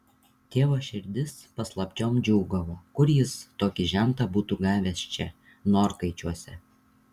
tėvo širdis paslapčiom džiūgavo kur jis tokį žentą būtų gavęs čia norkaičiuose